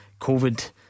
Covid